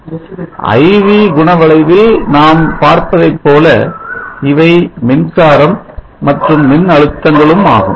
I V குணவளைவில் நாம் பார்ப்பதை போல இவை மின்சாரம் மற்றும் மின் அழுத்தங்களும் ஆகும்